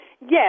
Yes